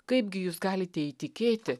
kaipgi jūs galite įtikėti